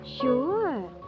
Sure